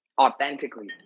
authentically